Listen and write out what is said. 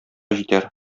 җитәр